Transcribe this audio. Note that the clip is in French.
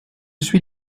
suis